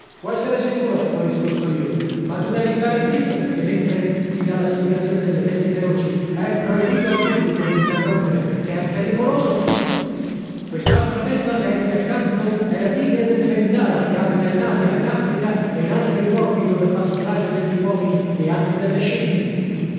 può essere sicuro ho risposto io ma tu devi stare zitto perché mentre si dà la spiegazione delle bestie feroci è proibito al pubblico di interrompere perché è pericoloso quest'altra belva che è qui accanto è la tigre del bengala che abita in asia in affrica e in altri luoghi dove fa strage degli uomini e anche delle scimmie